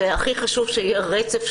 והכי חשוב שיהיה רצף,